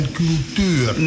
cultuur